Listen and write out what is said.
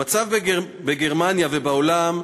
המצב בעולם,